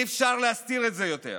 אי-אפשר להסתיר את זה יותר.